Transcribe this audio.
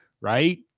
right